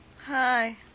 Hi